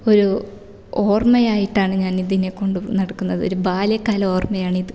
ഒരു ഓര്മ്മയായിട്ടാണ് ഞാനിതിനെ കൊണ്ട് നടക്കുന്നത് ഒരു ബാല്യകാല ഓര്മ്മയാണിത്